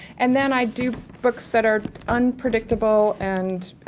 and then i do books that are unpredictable and,